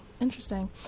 interesting